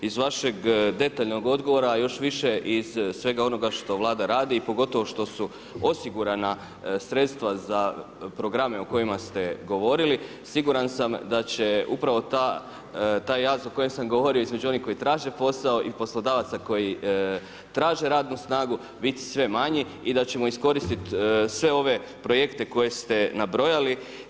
Iz vašeg detaljnog odgovora još više iz svega onoga što Vlada radi, pogotovo što su osigurana sredstva za programe o kojima ste govorili, siguran sam da će upravo taj jaz o koje sam govorio između onih koji traže posao i poslodavaca koji traže radnu snagu biti sve manji i da će ćemo iskoristiti sve ove projekte koje ste nabrojali.